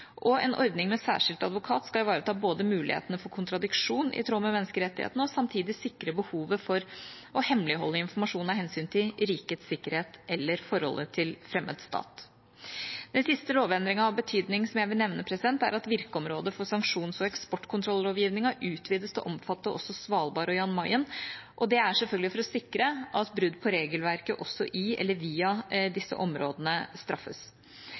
En ordning med særskilt advokat skal både ivareta mulighetene for kontradiksjon i tråd med menneskerettighetene og samtidig sikre behovet for å hemmeligholde informasjon av hensyn til rikets sikkerhet eller forholdet til fremmed stat. Den siste lovendringen av betydning som jeg vil nevne, er at virkeområdet for sanksjons- og eksportkontrollovgivningen utvides til å omfatte også Svalbard og Jan Mayen. Det er selvfølgelig for å sikre at brudd på regelverket også i eller via disse områdene straffes.